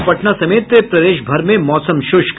और पटना समेत प्रदेश भर में मौसम शुष्क